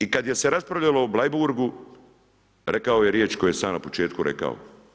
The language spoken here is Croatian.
I kad se raspravljalo o Bleiburgu, rekao je riječ koju sam ja na početku rekao.